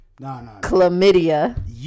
chlamydia